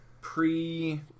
pre